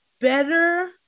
better